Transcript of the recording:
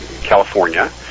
California